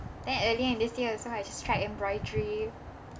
then earlier in this year also I just tried embroidery